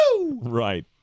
Right